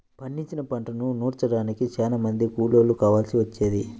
పండించిన పంటను నూర్చడానికి చానా మంది కూలోళ్ళు కావాల్సి వచ్చేది